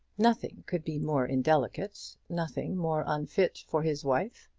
nothing could be more indelicate nothing more unfit for his wife.